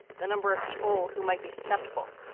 the number of people who might be susceptible.